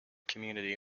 community